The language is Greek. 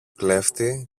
κλέφτη